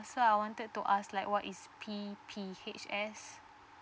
so I wanted to ask like what is P_P_H_S